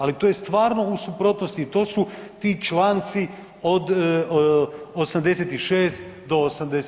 Ali to je stvarno u suprotnosti to su ti članci od 86. do 89.